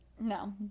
No